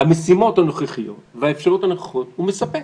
המשימות הנוכחיות והאפשרויות הנוכחיות הוא מספק.